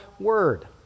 word